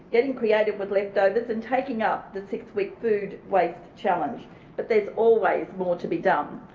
getting creative with leftovers and taking up the six-week food waste challenge but there's always more to be done.